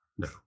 no